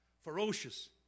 ferocious